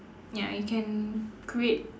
ya I can create